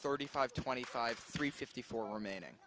thirty five twenty five three fifty four manning